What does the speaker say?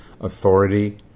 Authority